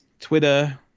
Twitter